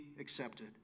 accepted